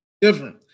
different